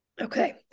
Okay